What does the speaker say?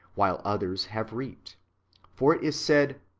while others have reaped for it is said,